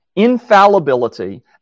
infallibility